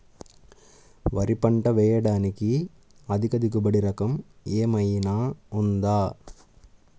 వరి పంట వేయటానికి అధిక దిగుబడి రకం ఏమయినా ఉందా?